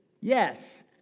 yes